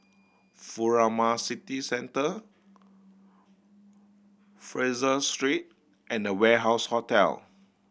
Furama City Centre Fraser Street and The Warehouse Hotel